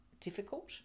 difficult